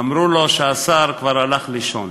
אמרו לו שהשר כבר הלך לישון.